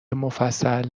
مفصل